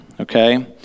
okay